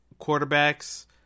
quarterbacks